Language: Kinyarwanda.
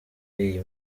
iyi